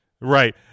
right